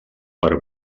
per